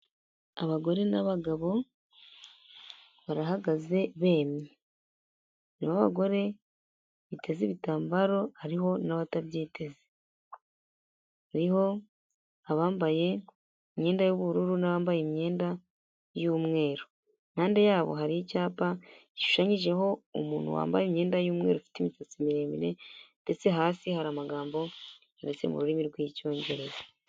Abagore n'abagabo barahagaze bemye, harimo abagore biteze ibitambaro hariho n'abatabyiteze, hariho abambaye imyenda y'ubururu n'abambaye imyenda y'umweru, impande yabo hari icyapa gishushanyijeho umuntu wambaye imyenda y'umweru ufite imisatsi miremire, ndetse hasi hari amagambo yanditse mu rurimi rw'Icyongereza.